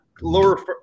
lower